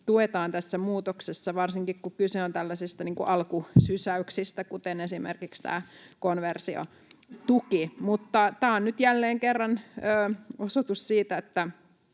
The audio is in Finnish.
tuetaan tässä muutoksessa, varsinkin kun kyse on tällaisista alkusysäyksistä, kuten esimerkiksi tämä konversiotuki. Tämä on nyt jälleen kerran osoitus siitä, että